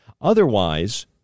Otherwise